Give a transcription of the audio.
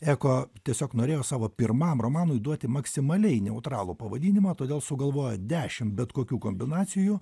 eko tiesiog norėjo savo pirmam romanui duoti maksimaliai neutralų pavadinimą todėl sugalvojo dešim bet kokių kombinacijų